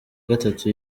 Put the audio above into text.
gatatu